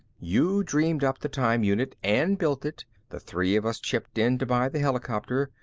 you dreamed up the time unit and built it. the three of us chipped in to buy the helicopter.